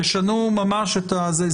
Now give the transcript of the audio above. תשנו ממש את הזה.